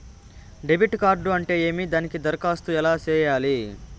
debit card అంటే ఏమి దానికి దరఖాస్తు ఎలా సేయాలి